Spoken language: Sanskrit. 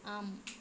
आम्